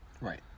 Right